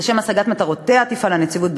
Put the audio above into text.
לשם השגת מטרותיה תפעל הנציבות,